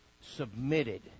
submitted